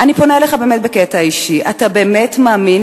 אני פונה אליך באמת בקטע אישי: אתה באמת מאמין